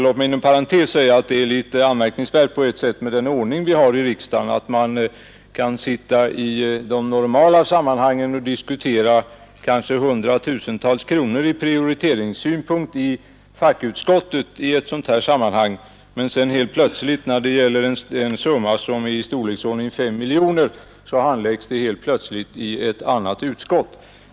Låt mig inom parentes säga att den ordning vi har här i riksdagen är litet anmärkningsvärd. I ett fackutskott diskuterar vi kanske prioriteringen av något 100 000-tal kronor, men sedan handläggs helt plötsligt ett ärende som rör summor av storleksordningen 5 miljoner kronor i ett helt annat utskott.